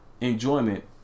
enjoyment